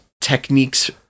techniques